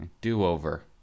do-over